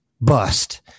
Bust